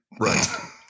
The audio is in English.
Right